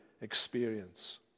experience